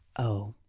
oh,